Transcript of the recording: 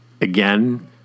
again